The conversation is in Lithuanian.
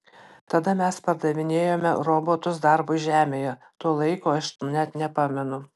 tada mes pardavinėjome robotus darbui žemėje to laiko aš net nepamenu